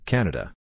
Canada